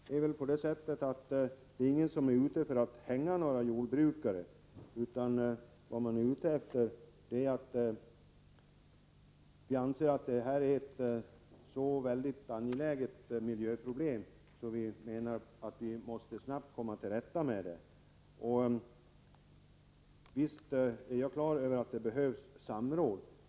Herr talman! Ingen är väl ute efter att ”hänga” några jordbrukare. Vad man däremot är ute efter är en snabb lösning på detta så angelägna miljöproblem. Visst är jag på det klara med att det behövs samråd.